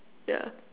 yeah